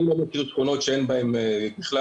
אני לא מכיר מקומות שאין בהם בכלל.